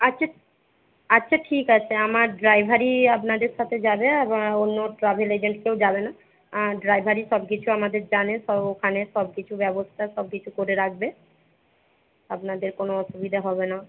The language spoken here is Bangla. আচ্ছা আচ্ছা ঠিক আছে আমার ড্রাইভারই আপনাদের সাথে যাবে অন্য ট্র্যাভেল এজেন্ট কেউ যাবে না ড্রাইভারই সবকিছু আমাদের জানে সব ওখানের সবকিছু ব্যবস্থা সবকিছু করে রাখবে আপনাদের কোনো অসুবিধা হবে না